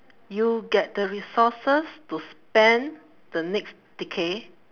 you get the resources to spend the next decade